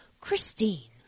Christine